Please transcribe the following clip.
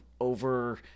over